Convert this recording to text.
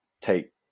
take